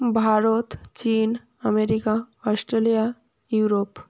ভারত চীন America Australia Europe